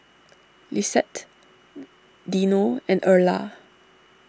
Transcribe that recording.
Lissette Dino and Erla